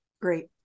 Great